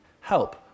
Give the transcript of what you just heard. help